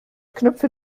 knöpfe